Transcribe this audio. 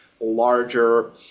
larger